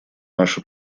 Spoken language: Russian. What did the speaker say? наше